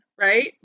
right